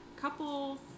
couple